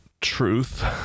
truth